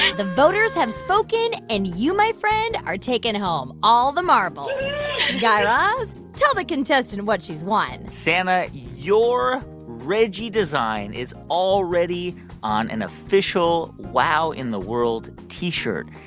the voters have spoken. and you, my friend, are taking home all the marbles guy raz, tell the contestant what she's won zana, your reggie design is already on an official wow in the world t-shirt.